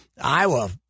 Iowa